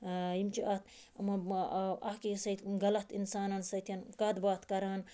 یِم چھِ اتھ اکھ أکِس سۭتۍ غَلَط اِنسانَن سۭتۍ کتھ باتھ کَران